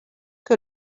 que